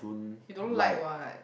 you don't like what